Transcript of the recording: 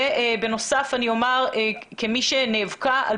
בנוסף אני אומר, כמי שנאבקה על